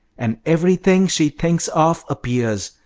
and everything she thinks of appears.